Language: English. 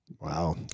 Wow